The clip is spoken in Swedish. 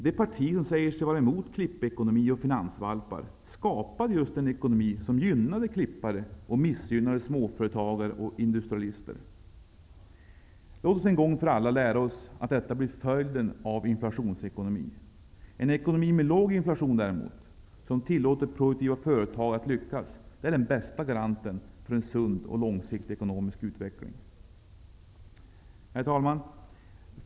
Det parti som säger sig vara emot klippekonomi och finansvalpar skapade en ekonomi som gynnade just klippare och missgynnade småföretagare och industrialister. Låt oss en gång för alla lära oss att detta blir följden av en inflationsekonomi. En ekonomi med låg inflation däremot, som tillåter produktiva företagare att lyckas, är den bästa garanten för en sund och långsiktig ekonomisk utveckling. Herr talman!